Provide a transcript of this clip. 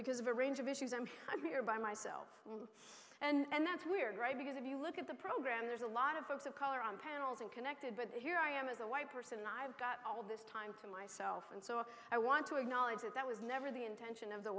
because of a range of issues and i'm here by myself and that's weird right because if you look at the program there's a lot of folks of color on panels and connected but here i am as a white person i've got all of this time to myself and so i want to acknowledge that that was never the intention of the